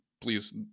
please